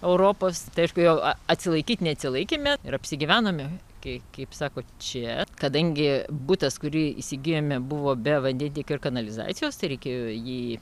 europos tai aišku jau atsilaikyt neatsilaikėme ir apsigyvenome kai kaip sako čia kadangi butas kurį įsigijome buvo be vandentiekio ir kanalizacijos tai reikėjo jį